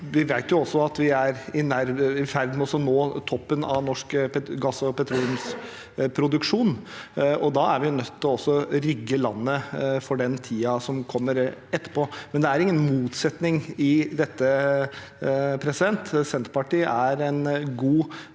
vi vet jo at vi er i ferd med å nå toppen av norsk gass- og petroleumsproduksjon, og da er vi også nødt til å rigge landet for den tiden som kommer etterpå. Det er ingen motsetning i dette. Senterpartiet er en god